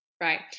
right